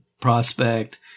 prospect